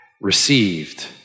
Received